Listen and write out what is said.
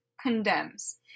condemns